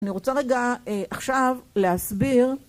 אני רוצה רגע עכשיו להסביר.